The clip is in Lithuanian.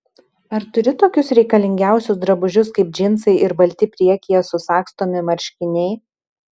ar turi tokius reikalingiausius drabužius kaip džinsai ir balti priekyje susagstomi marškiniai